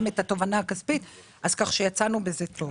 את התובענה הכספית כך שיצאנו בזה טוב.